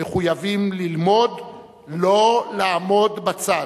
מחויבים ללמוד לא לעמוד בצד.